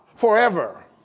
forever